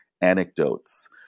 anecdotes